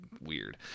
weird